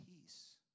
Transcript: peace